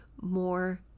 more